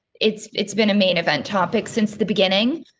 it's, it's been a main event topic since the beginning.